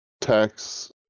tax